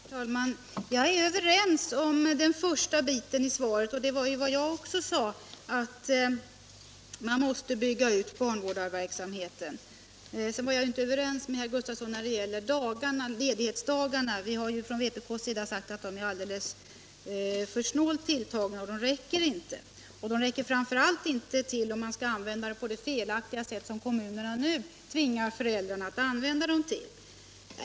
Herr talman! Jag är överens med socialministern om den första biten i svaret, och det var ju vad jag också sade, nämligen att man måste bygga ut barnvårdarverksamheten. Sedan var jag inte överens med herr Gustavsson när det gäller ledighetsdagarna. Vi har ju från vpk:s sida sagt att de är alldels för snålt tilltagna och att de inte räcker. De räcker framför allt inte till om de skall användas på det felaktiga sätt som kommunerna nu tvingar föräldrarna att använda dem på.